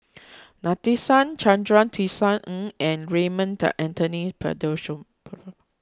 Nadasen Chandra Tisa Ng and Raymond Anthony